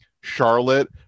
charlotte